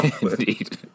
Indeed